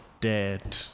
dead